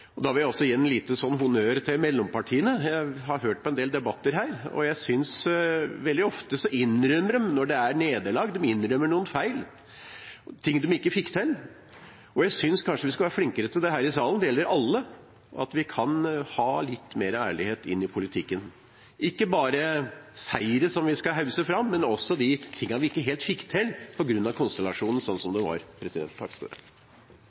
Da vil jeg gi en liten honnør til mellompartiene. Jeg har hørt på en del debatter her, og veldig ofte når de opplever nederlag, innrømmer de noen feil, ting de ikke fikk til, og jeg synes kanskje vi skulle være flinkere til dette i salen. Det gjelder alle. Vi kan ha litt mer ærlighet inn i politikken. Det er ikke bare seire vi skal hausse fram, men også de tingene vi ikke helt fikk til på grunn av konstellasjonene, sånn som